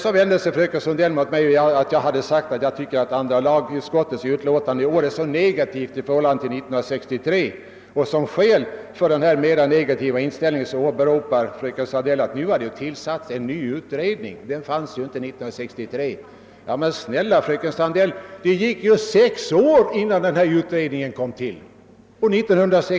«+: Vidare vände sig fröken Sandell mot mig därför att jag sagt att jag tyckte att andra lagutskottets utlåtande i år var så negativt i förhållande till utskottets utlåtande 1963. Som skäl för denna mera "negativa inställning åberopar fröken Sandell att det tillsatts en utredning som inte fanns 1963. Men, fröken Sandell, det gick ju sex år innan denna utredning tillsattes.